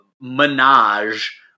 menage